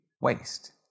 waste